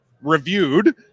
reviewed